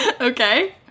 okay